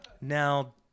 Now